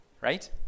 right